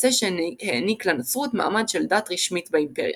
מעשה שהעניק לנצרות מעמד של "דת רשמית באימפריה".